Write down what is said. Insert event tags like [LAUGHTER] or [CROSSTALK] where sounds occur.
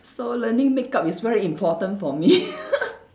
so learning makeup is very important for me [LAUGHS]